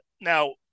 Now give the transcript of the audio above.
Now